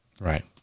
Right